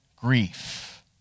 grief